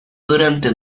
durante